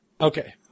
Okay